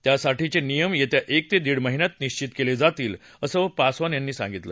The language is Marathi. त्यासाठीचे नियम येत्या एक ते दीड महिन्यात निश्वित केले जातील असं पासवान यांनी सांगितलं